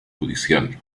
judicial